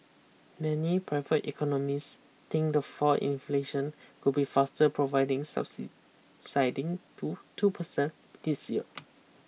many private economists think the fall inflation could be faster providing subsiding to two percent this year